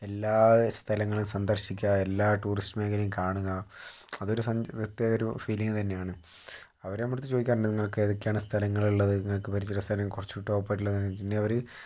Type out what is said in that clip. എല്ലാ സ്ഥലങ്ങളും സന്ദർശിക്കുക എല്ലാ ടൂറിസ്റ്റ് മേഖലയും കാണുക അതൊരു സൻ പ്രത്യേകമൊരു ഫീലിംഗ് തന്നെയാണ് അവർ നമ്മുടെയടുത്ത് ചോദിക്കാറുണ്ട് നിങ്ങൾക്ക് എതൊക്കെയാണ് സ്ഥലങ്ങളുള്ളത് നിങ്ങൾക്ക് പരിചയം ഉള്ള സ്ഥലം കുറച്ച് ടോപ്പായിട്ടുള്ളതെന്ന് വെച്ചിട്ടുണ്ടെങ്കിൽ അവർ